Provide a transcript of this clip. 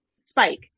spike